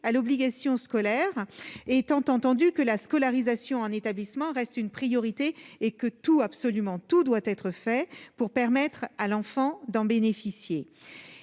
à l'obligation scolaire, étant entendu que la scolarisation en établissement reste une priorité et que tout absolument tout doit être fait pour permettre à l'enfant d'en bénéficier,